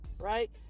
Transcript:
right